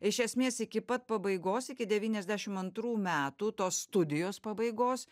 iš esmės iki pat pabaigos iki devyniasdešimt antrų metų tos studijos pabaigos